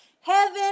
heaven